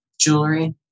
Jewelry